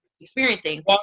experiencing